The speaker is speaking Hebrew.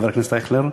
את חבר הכנסת אייכלר,